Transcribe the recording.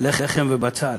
לחם ובצל,